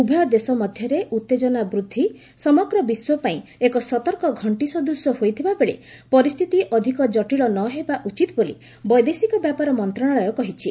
ଉଭୟ ଦେଶ ମଧ୍ୟରେ ଉତ୍ତେଜନା ବୃଦ୍ଧି ସମଗ୍ର ବିଶ୍ୱପାଇଁ ଏକ ସତର୍କ ଘଣ୍ଟି ସଦୂଶ ହୋଇଥିବା ବେଳେ ପରିସ୍ଥିତି ଅଧିକ ଜଟିଳ ନ ହେବା ଉଚିତ୍ ବୋଲି ବୈଦେଶିକ ବ୍ୟାପାର ମନ୍ତ୍ରଣାଳୟ କହିଛି